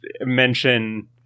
mention